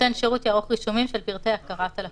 נותן שירות יערוך רישומים של פרטי הכרת הלקוח.